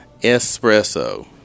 Espresso